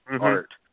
art